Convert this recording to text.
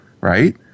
right